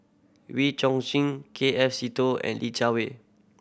Wee Chong Xin K F Seetoh and Li Jiawei